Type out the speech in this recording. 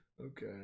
Okay